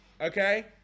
Okay